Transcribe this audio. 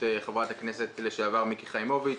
חברת הכנסת לשעבר מיקי חיימוביץ',